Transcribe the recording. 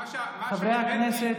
מה הבאתי,